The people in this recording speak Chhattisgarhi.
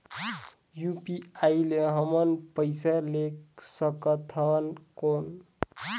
यू.पी.आई ले हमन पइसा ले सकथन कौन?